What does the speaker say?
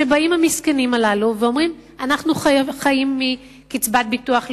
שבאים המסכנים הללו ואומרים: אנחנו חיים מקצבת ביטוח לאומי,